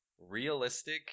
realistic